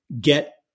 get